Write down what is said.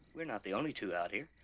we're not the only two out here